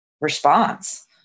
response